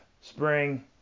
spring